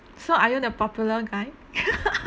so are you the popular guy